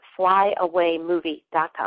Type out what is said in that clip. flyawaymovie.com